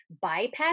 bypass